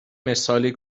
مثالی